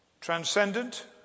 transcendent